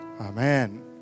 Amen